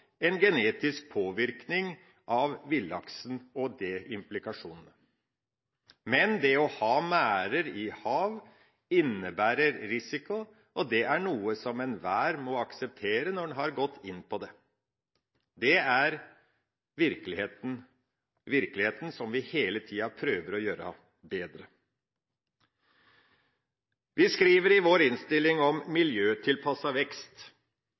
en genetisk påvirkning av villaksen og de implikasjonene det har. Men det å ha merder i hav innebærer risiko. Det er noe som enhver må akseptere når en har gått inn på det. Det er virkeligheten – virkeligheten som vi hele tiden prøver å gjøre bedre. Vi skriver i vår innstilling om miljøtilpasset vekst.